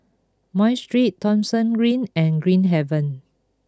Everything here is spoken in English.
my Street Thomson Green and Green Haven